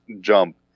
jump